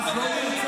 אז לא נרצחו?